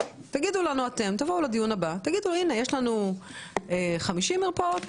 שתאמרו לנו אתם בדיון הבא שיש לכם 50 מרפאות,